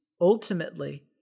ultimately